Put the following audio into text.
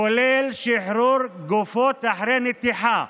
כולל שחרור גופות אחרי נתיחה,